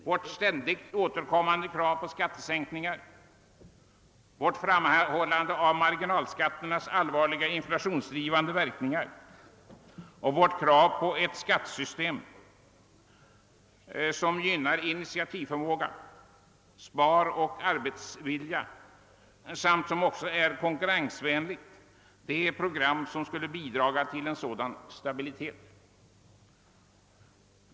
Vårt ständigt återkommande krav på skattesänkning, vårt framhållande av marginalskattens allvarliga inflationsdrivande verkningar och vårt krav på ett skattesystem som gynnar initiativförmåga, sparande och arbetsvilja och som också är konkurrensvänligt utgör ett program som skulle bidra till en sådan stabilitet.